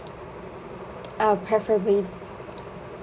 uh preferably